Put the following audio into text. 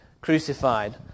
crucified